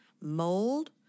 mold